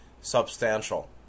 substantial